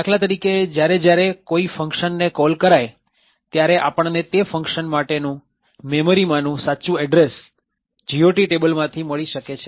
દાખલા તરીકે જ્યારે જ્યારે કોઈ ફંક્શન ને કોલ કરાય ત્યારે આપણને તે ફંક્શન માટેનું મેમરીમાંનું સાચું એડ્રેસ GOT ટેબલમાંથી મળી શકે છે